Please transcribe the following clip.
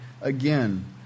again